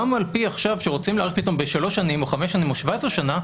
גם על פי עכשיו שרוצים להאריך פתאום בשלוש שנים או חמש שנים או 17 שנה,